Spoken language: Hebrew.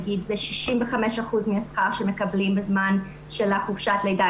זה 65% מהשכר שמקבלים בזמן של חופשת הלידה,